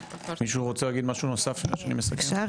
מישהו רוצה להגיד משהו נוסף, לפני שאני מסכם.